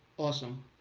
awesome.